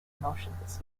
motions